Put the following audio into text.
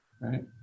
right